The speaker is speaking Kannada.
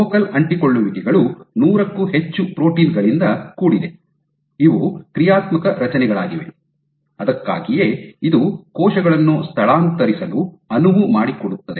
ಫೋಕಲ್ ಅಂಟಿಕೊಳ್ಳುವಿಕೆಗಳು ನೂರಕ್ಕೂ ಹೆಚ್ಚು ಪ್ರೋಟೀನ್ ಗಳಿಂದ ಕೂಡಿದೆ ಇವು ಕ್ರಿಯಾತ್ಮಕ ರಚನೆಗಳಾಗಿವೆ ಅದಕ್ಕಾಗಿಯೇ ಇದು ಕೋಶಗಳನ್ನು ಸ್ಥಳಾಂತರಿಸಲು ಅನುವು ಮಾಡಿಕೊಡುತ್ತದೆ